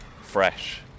fresh